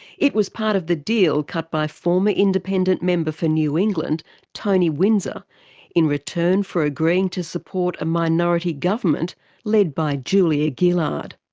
it was part of the deal cut by former independent member for new england tony windsor in return for agreeing to support a minority government lead by julia gillard.